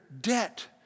debt